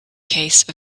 case